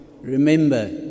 remember